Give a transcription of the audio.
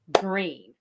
green